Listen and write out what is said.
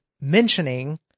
mentioning